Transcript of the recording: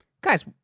Guys